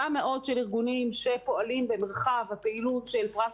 של ארגונים שפועלים במרחב הפעילות של פרט,